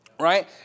Right